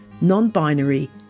non-binary